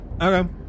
Okay